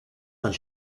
van